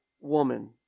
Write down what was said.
woman